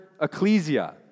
ecclesia